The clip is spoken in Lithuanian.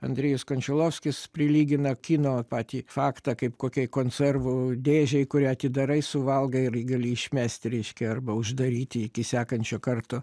andrejus kančialovskis prilygina kino patį faktą kaip kokiai konservų dėžei kurią atidarai suvalgai ir gali išmest reiškia arba uždaryti iki sekančio karto